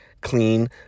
clean